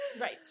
Right